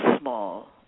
small